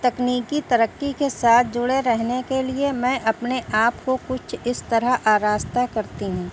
تکنیکی ترقی کے ساتھ جڑے رہنے کے لیے میں اپنے آپ کو کچھ اس طرح آراستہ کرتی ہوں